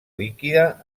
líquida